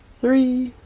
three,